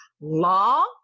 law